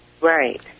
Right